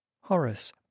Horace